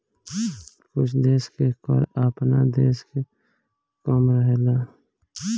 कुछ देश के कर आपना देश से कम रहेला